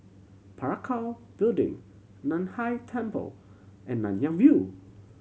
Parakou Building Nan Hai Temple and Nanyang View